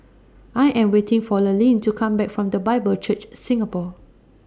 I Am waiting For Lurline to Come Back from The Bible Church Singapore